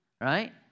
Right